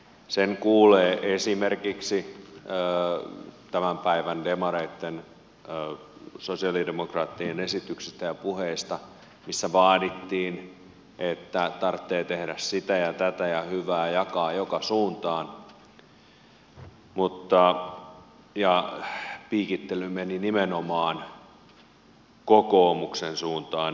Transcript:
sen kuulee esimerkiksi tämän päivän sosialidemokraattien esityksistä ja puheista joissa vaadittiin että täytyy tehdä sitä ja tätä ja hyvää jakaa joka suuntaan ja piikittely meni nimenomaan kokoomuksen suuntaan